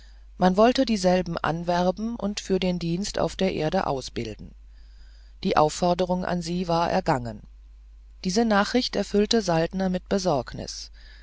man wollte dieselben anwerben und für den dienst auf der erde ausbilden die aufforderung an sie war ergangen diese nachricht erfüllte saltner mit besorgnis